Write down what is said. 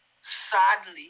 Sadly